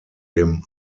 dem